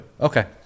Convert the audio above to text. Okay